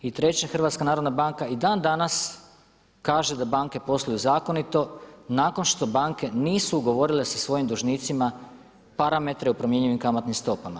I treće HNB i dan danas kaže da banke posluju zakonito nakon što banke nisu ugovorile sa svojim dužnicima parametre o promjenjivim kamatnim stopama.